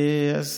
אז